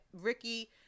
Ricky